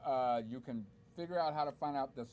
you can figure out how to find out the